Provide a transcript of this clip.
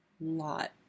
lot